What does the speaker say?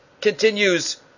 continues